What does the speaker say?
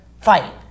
fight